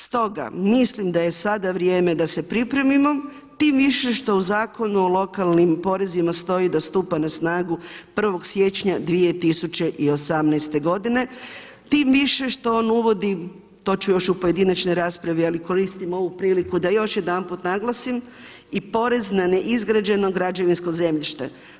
Stoga mislim da je sada vrijeme da se pripremimo, tim više što u zakonu o lokalnim porezima stoji da stupa na snagu 1. siječnja 2018. godine, tim više što on uvodi, to ću još u pojedinačnoj raspravi, ali koristim ovu priliku da još jedanput naglasim i porez na neizgrađeno građevinsko zemljišta.